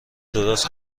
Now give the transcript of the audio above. درست